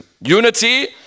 Unity